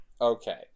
Okay